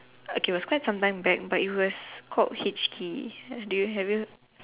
okay it was quite sometime back but it was called H_T do you have you